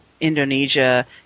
Indonesia